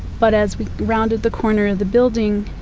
but as we rounded the corner of the building,